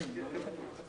כאן?